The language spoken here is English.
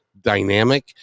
dynamic